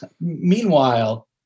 meanwhile